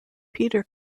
peter